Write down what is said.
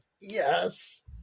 Yes